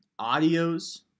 Audios